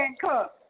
cook